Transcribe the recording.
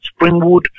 Springwood